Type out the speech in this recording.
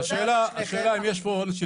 אז השאלה אם יש פה הון שלטון.